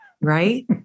right